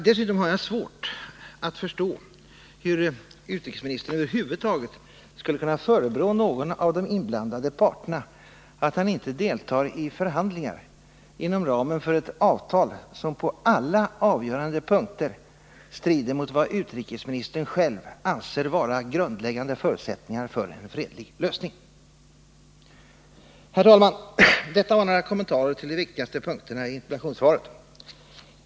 Dessutom har jag svårt att förstå hur utrikesministern över huvud taget skulle kunna förebrå någon av de inblandade parterna att vederbörande inte deltar i förhandlingar inom ramen för ett avtal som på alla avgörande punkter strider mot vad utrikesministern själv anser vara grundläggande förutsättningar för en fredlig lösning. Herr talman! Detta var några kommentarer till de viktigaste punkterna i interpellationssvaret.